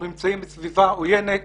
אנחנו נמצאים בסביבה עוינת.